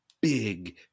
big